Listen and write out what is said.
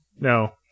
no